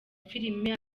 filime